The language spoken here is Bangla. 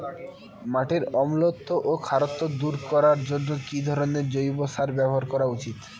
মাটির অম্লত্ব ও খারত্ব দূর করবার জন্য কি ধরণের জৈব সার ব্যাবহার করা উচিৎ?